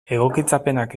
egokitzapenak